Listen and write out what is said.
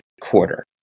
quarter